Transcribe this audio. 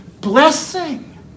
blessing